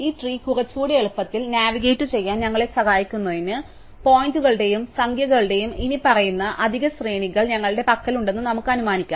ഈ ട്രീ കുറച്ചുകൂടി എളുപ്പത്തിൽ നാവിഗേറ്റുചെയ്യാൻ ഞങ്ങളെ സഹായിക്കുന്നതിന് പോയിന്ററുകളുടെയും സംഖ്യകളുടെയും ഇനിപ്പറയുന്ന അധിക ശ്രേണികൾ ഞങ്ങളുടെ പക്കലുണ്ടെന്ന് നമുക്ക് അനുമാനിക്കാം